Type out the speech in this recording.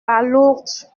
palourdes